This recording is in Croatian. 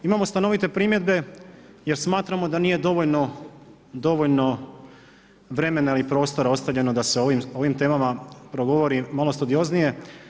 Imamo stanovite primjedbe jer smatramo da nije dovoljno vremena ni prostora ostavljeno da se o ovim temama progovori malo studioznije.